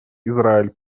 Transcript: израиль